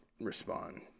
respond